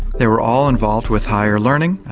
they were all involved with higher learning,